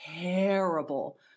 terrible